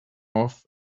off